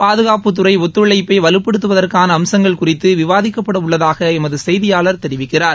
பாதுகாப்பு துறை ஒத்துழைப்ப வலுப்படுத்துவதற்கான அம்சங்கள் குறித்து விவாதிக்கப்பட உள்ளதாக எமது செய்தியாளர் தெரிவிக்கிறார்